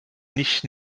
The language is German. nicht